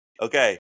Okay